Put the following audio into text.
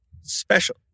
special